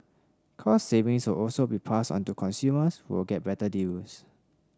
cost savings will also be passed onto consumers will get better deals